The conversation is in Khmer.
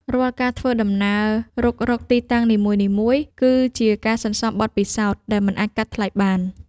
រាល់ការធ្វើដំណើររុករកទីតាំងនីមួយៗ គឺជាការសន្សំបទពិសោធន៍ដែលមិនអាចកាត់ថ្លៃបាន។